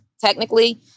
technically